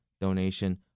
donation